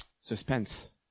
Suspense